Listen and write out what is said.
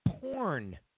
porn